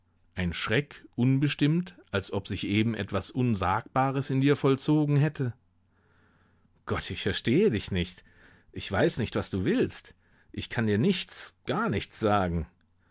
ein schreck unbestimmt als ob sich eben etwas unsagbares in dir vollzogen hätte gott ich verstehe dich nicht ich weiß nicht was du willst ich kann dir nichts gar nichts sagen